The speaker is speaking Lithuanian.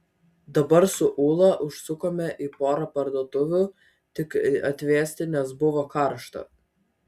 dabar su ūla užsukome į porą parduotuvių tik atvėsti nes buvo karšta